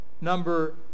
number